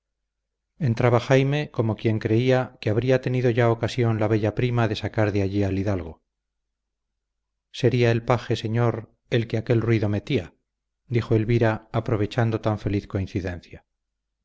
entraba jaime como quien creía que habría tenido ya ocasión la bella prima de sacar de allí al hidalgo sería el paje señor el que aquel ruido metía dijo elvira aprovechando tan feliz coincidencia